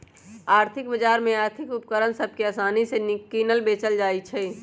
आर्थिक बजार में आर्थिक उपकरण सभ के असानि से किनल बेचल जाइ छइ